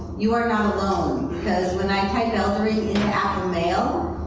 you are not alone, because when i type eldering into apple mail,